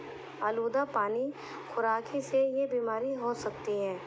آلودہ پانی خوراکی سے یہ بیماری ہو سکتی ہے